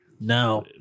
No